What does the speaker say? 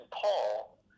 Paul